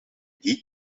die